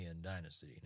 dynasty